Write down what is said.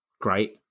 great